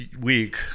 week